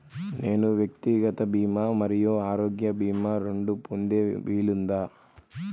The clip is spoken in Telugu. నేను వ్యక్తిగత భీమా మరియు ఆరోగ్య భీమా రెండు పొందే వీలుందా?